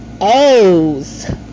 O's